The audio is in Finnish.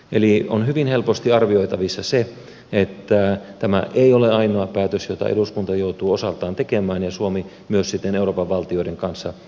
eli on hyvin helposti arvioitavissa se että tämä ei ole ainoa päätös jota eduskunta joutuu osaltaan tekemään ja suomi myös siten euroopan valtioiden kanssa